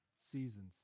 seasons